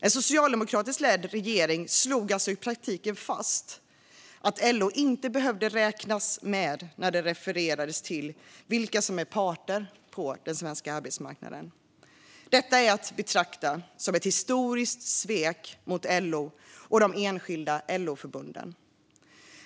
En socialdemokratiskt ledd regering slog alltså i praktiken fast att LO inte behövde räknas med när det refererades till vilka som är parter på den svenska arbetsmarknaden. Detta är att betrakta som ett historiskt svek mot LO och de enskilda LO-förbunden.